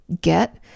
get